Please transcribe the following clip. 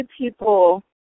people